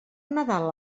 nadal